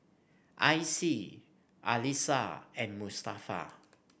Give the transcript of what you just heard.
Icie Alysha and Mustafa